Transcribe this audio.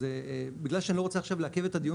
אז בגלל שאני לא רוצה לעכב את הדיון